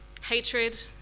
Hatred